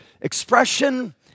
expression